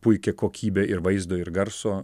puiki kokybė ir vaizdo ir garso